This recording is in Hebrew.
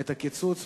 את הקיצוץ,